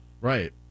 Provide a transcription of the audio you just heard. right